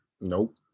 Nope